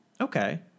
Okay